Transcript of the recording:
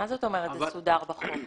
מה זאת אומרת זה סודר בחוק?